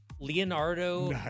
Leonardo